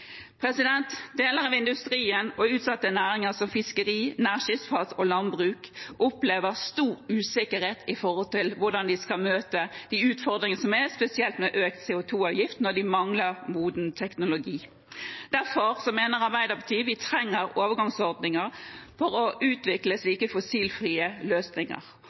Deler av industrien og utsatte næringer som fiskeri, nærskipsfart og landbruk opplever stor usikkerhet når det gjelder hvordan de skal møte de utfordringene som er, spesielt med økt CO 2 -avgift, når de mangler moden teknologi. Derfor mener Arbeiderpartiet vi trenger overgangsordninger for å utvikle slike fossilfrie løsninger.